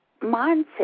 mindset